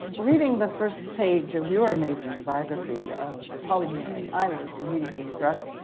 reading the first page of your amazing biography of pauli murray, i was immediately struck,